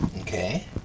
Okay